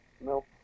no